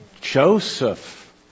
Joseph